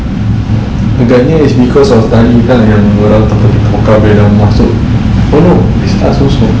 agaknya it's because of tadi tak yang orang tu beli pokka abeh dorang masuk oh no it's us also